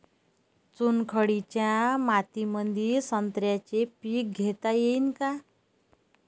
चुनखडीच्या मातीमंदी संत्र्याचे पीक घेता येईन का?